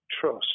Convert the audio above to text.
trust